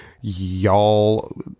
y'all